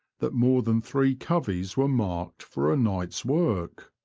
that more than three coveys were marked for a night's work.